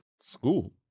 School